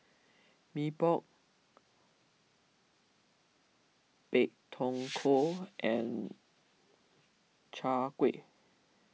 Mee Pok Pak Thong Ko and Chai Kueh